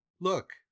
look